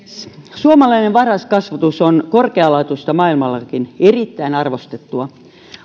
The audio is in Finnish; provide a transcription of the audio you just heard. suomalainen varhaiskasvatus on korkealaatuista maailmallakin erittäin arvostettua